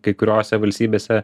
kai kuriose valstybėse